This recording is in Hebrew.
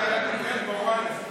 תתעדכן ב-ynet.